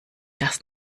das